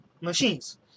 machines